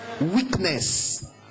Weakness